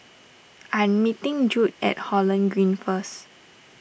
I am meeting Jude at Holland Green first